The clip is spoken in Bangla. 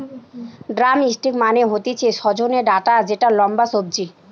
ড্রামস্টিক মানে হতিছে সজনে ডাটা যেটা লম্বা সবজি